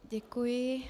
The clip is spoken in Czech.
Děkuji.